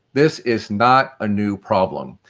this is not a new problem.